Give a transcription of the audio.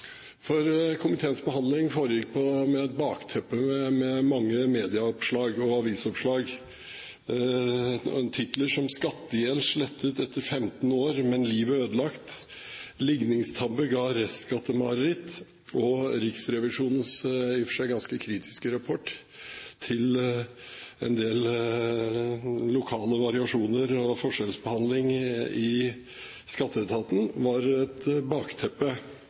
Norge. Komiteens behandling foregikk med et bakteppe med mange medie- og avisoppslag. Titler som «Skattegjelden slettet etter 15 år, men livet er ødelagt», «Ligningstabbe ga restskattmareritt» og Riksrevisjonens i og for seg ganske kritiske rapport til en del lokale variasjoner og forskjellsbehandling i Skatteetaten var